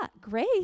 grace